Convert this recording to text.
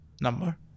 number